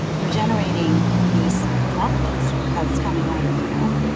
you're generating these droplets that's coming out of your mouth.